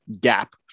gap